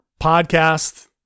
podcast